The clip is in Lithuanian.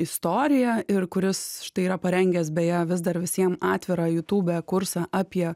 istoriją ir kuris štai yra parengęs beje vis dar visiem atvirą jutube kursą apie